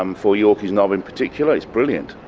um for yorkeys knob in particular it's brilliant.